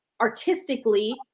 artistically